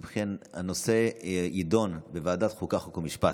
אם כן, הנושא יידון בוועדת החוקה, חוק ומשפט.